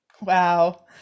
wow